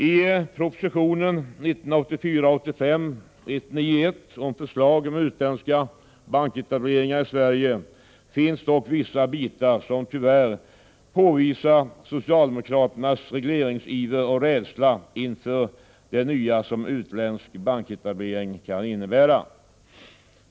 I proposition 1984/85:191 om förslag om utländska banketableringar i Sverige finns dock vissa bitar som tyvärr påvisar socialdemokraternas regleringsiver och rädsla inför det nya som utländsk banketablering kan innebära.